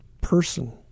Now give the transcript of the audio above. person